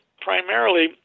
primarily